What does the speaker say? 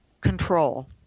control